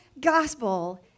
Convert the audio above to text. gospel